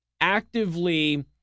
actively